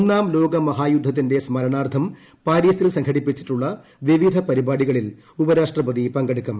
ഒന്നാം ലോക മഹായുദ്ധത്തിന്റെ സ്മർണാർത്ഥം പാരീസിൽ സംഘടിപ്പിച്ചിട്ടുള്ള വിവിധ പരിപാടികളിൽ ഉപരാഷ്ട്രപതി പങ്കെടുക്കും